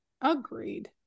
Agreed